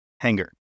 Hanger